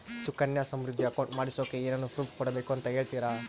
Sukanya Samriddhi account ಮಾಡಿಸೋಕೆ ಏನೇನು proof ಕೊಡಬೇಕು ಅಂತ ಹೇಳ್ತೇರಾ?